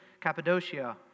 Cappadocia